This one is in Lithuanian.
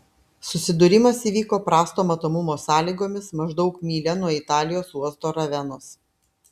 susidūrimas įvyko prasto matomumo sąlygomis maždaug mylia nuo italijos uosto ravenos